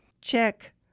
Check